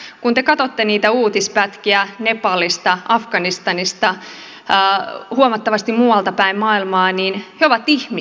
kun te katsotte niitä uutispätkiä nepalista afganistanista huomattavasti muualta päin maailmaa niin he ovat ihmisiä